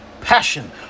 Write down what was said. passion